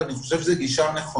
ואני חושב שזאת גישה נכונה.